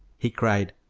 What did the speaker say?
he cried,